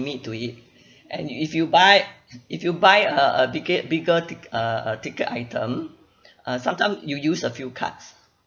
to it and if you buy if you buy a a ticket bigger tic~ a a ticket item uh sometime you use a few cards